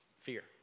fear